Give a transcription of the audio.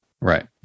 right